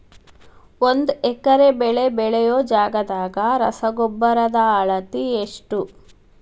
ಒಂದ್ ಎಕರೆ ಬೆಳೆ ಬೆಳಿಯೋ ಜಗದಾಗ ರಸಗೊಬ್ಬರದ ಅಳತಿ ಎಷ್ಟು?